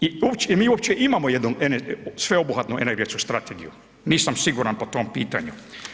I mi uopće imamo jednu sveobuhvatnu energetsku strategiju, nisam siguran po tom pitanju.